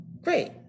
Great